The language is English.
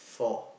four